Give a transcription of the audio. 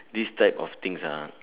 this type of things ah